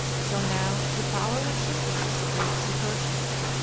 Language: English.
so now the power was shifting to the greeks and persians.